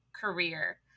career